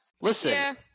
Listen